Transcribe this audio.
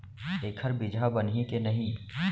एखर बीजहा बनही के नहीं?